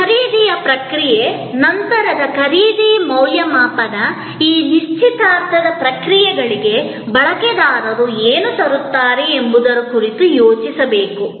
ಖರೀದಿಯ ಪ್ರಕ್ರಿಯೆ ನಂತರದ ಖರೀದಿ ಮೌಲ್ಯಮಾಪನ ಈ ನಿಶ್ಚಿತಾರ್ಥದ ಪ್ರಕ್ರಿಯೆಗಳಿಗೆ ಬಳಕೆದಾರರು ಏನು ತರುತ್ತಾರೆ ಎಂಬುದರ ಕುರಿತು ಯೋಚಿಸಬೇಕು